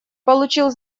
получил